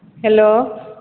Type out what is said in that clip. hello